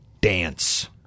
dance